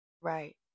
right